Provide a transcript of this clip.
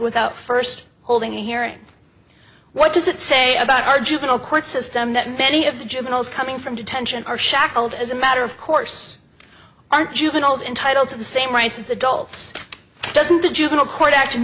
without first holding a hearing what does it say about our juvenile court system that many of the juveniles coming from detention are shackled as a matter of course aren't juveniles entitle to the same rights as adults doesn't the juvenile court acti